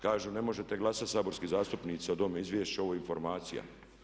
Kažu ne možete glasati saborski zastupnici o ovom izvješću, ovo je informacija.